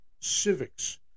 civics